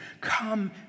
Come